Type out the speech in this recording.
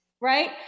right